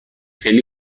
خیلی